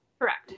Correct